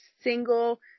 single